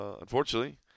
unfortunately